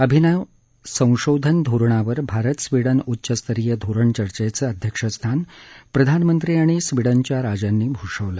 अभिनव संशोधन धोरणावर भारत स्वीडन उच्चस्तरीय धोरण चर्चेचं अध्यक्षस्थान प्रधानमंत्री आणि स्वीडनच्या राजांनी भूषवलं